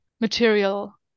material